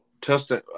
testing